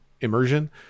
immersion